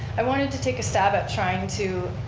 i wanted to take a stab at trying to